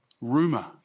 rumor